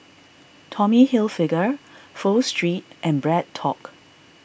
Tommy Hilfiger Pho Street and BreadTalk